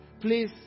please